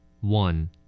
One